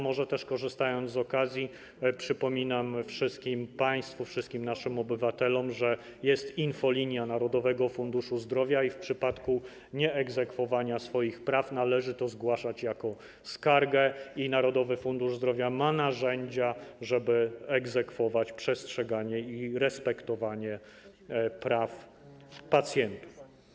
Może też, korzystając z okazji, przypomnę wszystkim państwu, wszystkim naszym obywatelom, że jest infolinia Narodowego Funduszu Zdrowia i w przypadku nieegzekwowania swoich praw należy to zgłaszać jako skargę i Narodowy Fundusz Zdrowia ma narzędzia, żeby egzekwować przestrzeganie i respektowanie praw pacjentów.